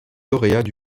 lauréat